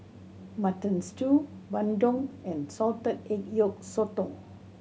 Mutton Stew bandung and salted egg yolk sotong